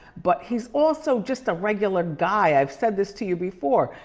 but he's also just a regular guy. i've said this to you before,